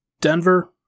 Denver